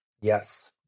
Yes